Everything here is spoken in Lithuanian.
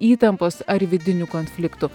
įtampos ar vidinių konfliktų